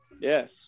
Yes